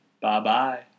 Bye-bye